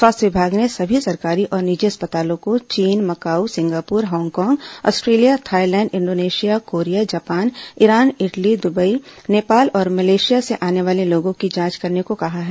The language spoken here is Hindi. स्वास्थ्य विमाग ने सभी सरकारी और निजी अस्पतालों को चीन Macau Singapore Hong Kong Australia Thailand Indonesia Korea Japan Iran Italy Dubai Nepal और मलेशिया से आने वाले लोगों की जांच करने को कहा है